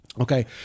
Okay